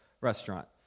restaurant